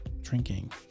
drinking